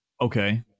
okay